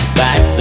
back